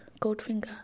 Goldfinger